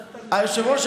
היושב-ראש,